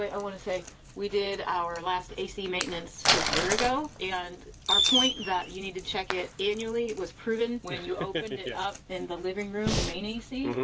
i want to say we did our last a c maintenance a year ago, and our point that you need to check it annually was proven when you open it up in the but living room, the main a c,